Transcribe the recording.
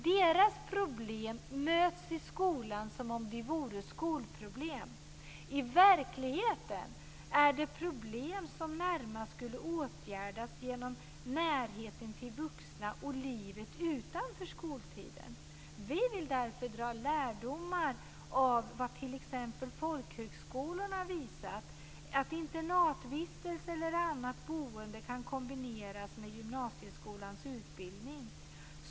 Deras problem möts i skolan som om de vore skolproblem. I verkligheten är det problem som närmast skulle åtgärdas med hjälp av närhet till vuxna i livet utanför skolan. Vi vill därför dra lärdom av vad t.ex. folkhögskolorna har visat, dvs. att internatvistelse eller annat boende kan kombineras med gymnasieskolans utbildning.